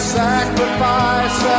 sacrifice